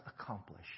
accomplish